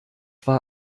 war